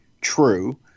true